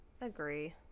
Agree